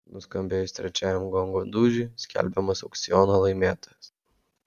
nuskambėjus trečiajam gongo dūžiui skelbiamas aukciono laimėtojas